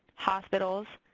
hospitals,